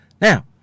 Now